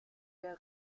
der